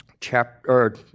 Chapter